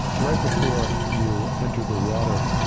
right before you entered the water,